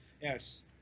Yes